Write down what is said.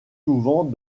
souvent